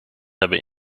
hebben